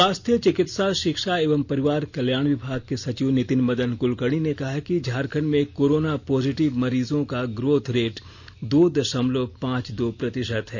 स्वास्थ्य चिकित्सा शिक्षा एवं परिवार कल्याण विभाग के सचिव नितिन मदन कुलकर्णी ने कहा कि झारखंड में कोरोना पॉजिटिव मरीजों का ग्रोथ रेट दो दशमलव पांच दो प्रतिशत है